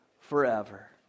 forever